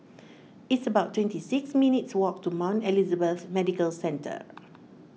it's about twenty six minutes' walk to Mount Elizabeth Medical Centre